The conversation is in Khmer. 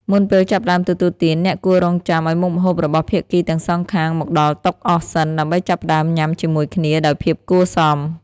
មុនពេលចាប់ផ្តើមទទួលទាន អ្នកគួររង់ចាំឱ្យមុខម្ហូបរបស់ភាគីទាំងសងខាងមកដល់តុអស់សិន ដើម្បីចាប់ផ្តើមញ៉ាំជាមួយគ្នាដោយភាពគួរសម។